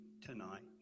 tonight